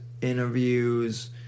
interviews